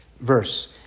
verse